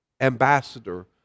ambassador